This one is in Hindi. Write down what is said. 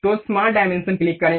तो स्मार्ट डायमेंशन क्लिक करें